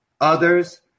others